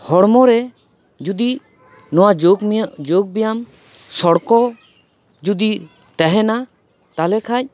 ᱦᱚᱲᱢᱚ ᱨᱮ ᱡᱩᱫᱤ ᱱᱚᱣᱟ ᱡᱳᱜ ᱢᱮᱭᱟ ᱡᱳᱜ ᱵᱮᱭᱟᱢ ᱥᱚᱲᱠᱚ ᱡᱩᱫᱤ ᱛᱟᱦᱮᱸᱱᱟ ᱛᱟᱦᱚᱞᱮ ᱠᱷᱟᱱ